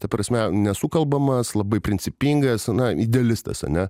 ta prasme nesukalbamas labai principingas na idealistas ane